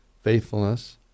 faithfulness